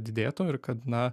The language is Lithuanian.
didėtų ir kad na